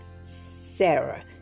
Sarah